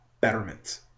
betterment